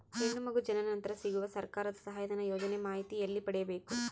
ಹೆಣ್ಣು ಮಗು ಜನನ ನಂತರ ಸಿಗುವ ಸರ್ಕಾರದ ಸಹಾಯಧನ ಯೋಜನೆ ಮಾಹಿತಿ ಎಲ್ಲಿ ಪಡೆಯಬೇಕು?